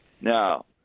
Now